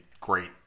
great